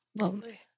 Lovely